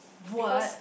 because